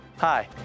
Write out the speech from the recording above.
Hi